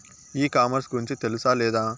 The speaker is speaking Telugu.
ఈ కామర్స్ గురించి తెలుసా లేదా?